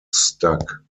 stuck